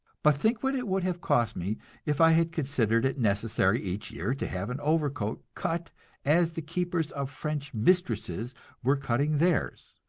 but think what it would have cost me if i had considered it necessary each year to have an overcoat cut as the keepers of french mistresses were cutting theirs!